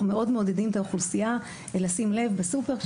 אנחנו מאוד מעודדים את האוכלוסייה לשים לב בסופר,